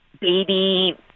baby